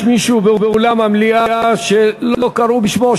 יש מישהו באולם המליאה שלא קראו בשמו,